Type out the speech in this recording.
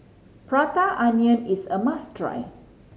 Prata Onion is a must try